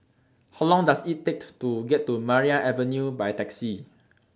How Long Does IT Take to get to Maria Avenue By Taxi